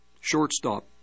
shortstop